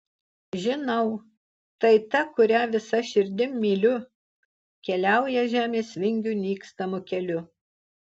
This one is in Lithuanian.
žinau tai ta kurią visa širdim myliu keliauja žemės vingių nykstamu keliu